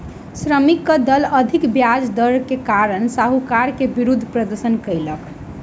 श्रमिकक दल अधिक ब्याज दर के कारण साहूकार के विरुद्ध प्रदर्शन कयलक